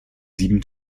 sieben